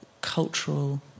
cultural